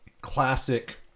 classic